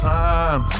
time